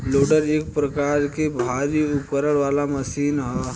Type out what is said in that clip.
loader एक प्रकार के भारी उपकरण वाला मशीन ह